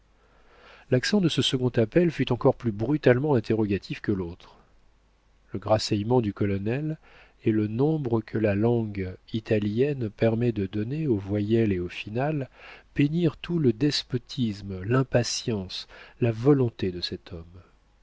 l'accent de ce second appel fut encore plus brutalement interrogatif que l'autre le grasseyement du colonel et le nombre que la langue italienne permet de donner aux voyelles et aux finales peignirent tout le despotisme l'impatience la volonté de cet homme